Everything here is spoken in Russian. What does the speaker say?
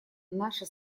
наша